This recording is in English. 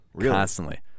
constantly